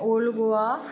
old Goa